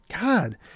God